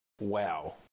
wow